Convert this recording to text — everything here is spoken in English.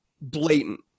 blatant